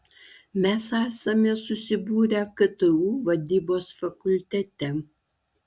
mes esame susibūrę ktu vadybos fakultete